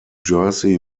jersey